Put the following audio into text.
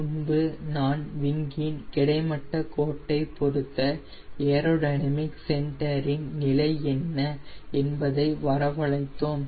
முன்பு நான் விங்கின் கிடைமட்ட கோட்டை பொருத்த ஏரோடைனமிக் சென்டரின் நிலை என்ன என்பதை வரவழைத்தோம்